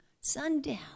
sundown